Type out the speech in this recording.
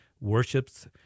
worships